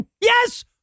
Yes